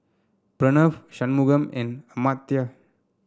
Pranav Shunmugam and Amartya